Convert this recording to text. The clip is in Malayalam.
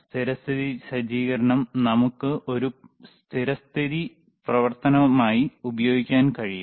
സ്ഥിരസ്ഥിതി സജ്ജീകരണം നമുക്ക് ഒരു സ്ഥിരസ്ഥിതി പ്രവർത്തനമായി ഉപയോഗിക്കാൻ കഴിയും